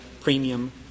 premium